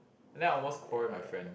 and I almost quarrel with my friend